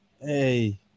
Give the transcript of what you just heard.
hey